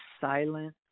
silent